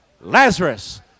Lazarus